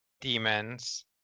demons